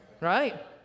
right